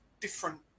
different